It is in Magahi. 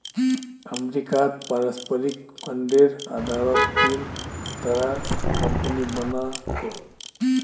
अमरीकात पारस्परिक फंडेर आधारत तीन तरहर कम्पनि बना छेक